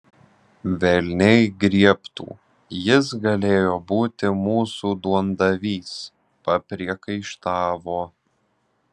velniai griebtų jis galėjo būti mūsų duondavys papriekaištavo